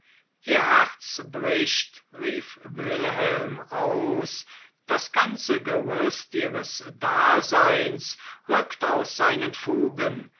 ihr herz bricht rief wilhelm aus das ganze gerüst ihres daseins rückt aus seinen fugen